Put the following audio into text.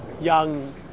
young